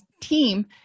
team